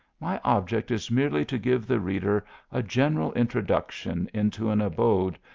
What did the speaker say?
my object is merely to give the reader a general introduction into an abode,